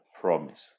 promise